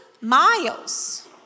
miles